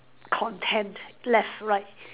content left right